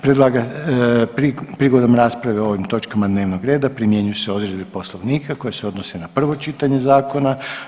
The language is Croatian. Prigodom rasprave o ovim točkama dnevnog reda primjenjuju se odredbe Poslovnika koje se odnose na prvo čitanje zakona.